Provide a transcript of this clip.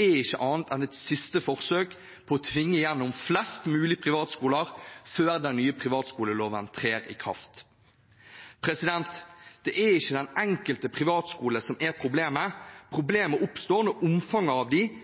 er ikke annet enn et siste forsøk på å tvinge gjennom flest mulig privatskoler før den nye privatskoleloven trer i kraft. Det er ikke den enkelte privatskolen som er problemet. Problemet oppstår når omfanget